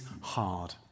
hard